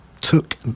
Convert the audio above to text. took